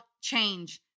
change